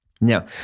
Now